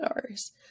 hours